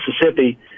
Mississippi